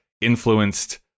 influenced